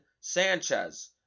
Sanchez